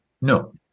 No